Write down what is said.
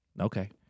Okay